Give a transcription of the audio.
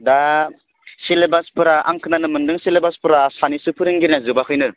दा सिलेबासफोरा आं खोनानो मोन्दों सिलेबासफोरा सानैसो फोरोंगिरिनिया जोबाखैनो